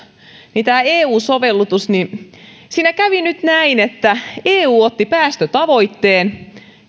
tämä eu sovellutus siinä kävi nyt näin että eu otti päästötavoitteen